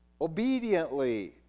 obediently